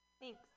Thanks